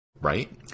right